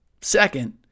Second